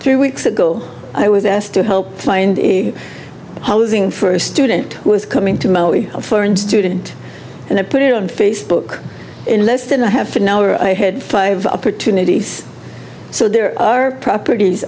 three weeks ago i was asked to help find housing for a student who is coming to a foreign student and i put it on facebook in less than a half an hour i had five opportunities so there properties